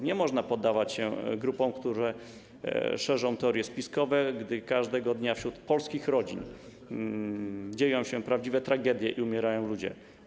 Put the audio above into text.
Nie można poddawać się grupom, które szerzą teorie spiskowe, gdy każdego dnia wśród polskich rodzin dzieją się prawdziwe tragedie i umierają ludzie.